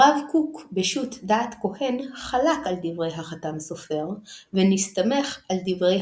הרב קוק בשו"ת דעת כהן חלק על דברי החתם סופר ונסתמך על דברי